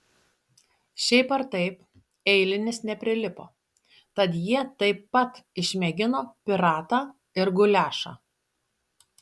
šiaip ar taip eilinis neprilipo tad jie taip pat išmėgino piratą ir guliašą